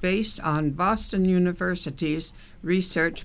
based on boston university's research